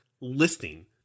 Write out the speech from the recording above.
listing